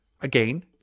again